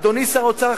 אדוני שר האוצר,